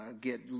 get